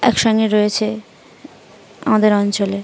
একসঙ্গে রয়েছে আমাদের অঞ্চলে